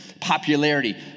popularity